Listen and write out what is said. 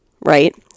Right